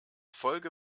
folge